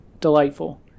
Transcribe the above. delightful